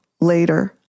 later